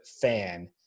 fan